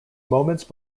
moments